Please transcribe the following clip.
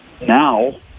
now